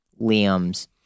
Liam's